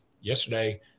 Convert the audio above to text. yesterday